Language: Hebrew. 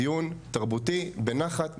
דיון תרבותי, בנחת.